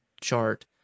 chart